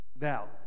Now